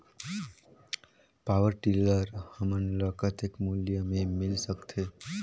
Power tiller हमन ल कतेक मूल्य मे मिल सकथे?